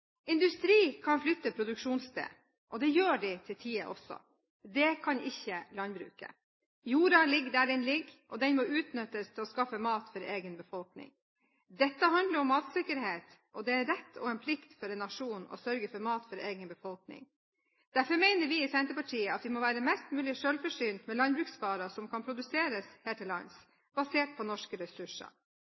Industri kan flytte produksjonssted, og det gjør de til tider også. Det kan ikke landbruket. Jorda ligger der den ligger, og den må utnyttes til å skaffe mat til egen befolkning. Dette handler om matsikkerhet, og det er en rett og en plikt for en nasjon å sørge for mat til egen befolkning. Derfor mener vi i Senterpartiet at vi må være mest mulig selvforsynt med landbruksvarer som kan produseres her til lands, basert på norske ressurser.